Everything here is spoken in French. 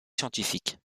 scientifiques